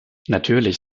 natürlich